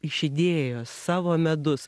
iš idėjos savo medus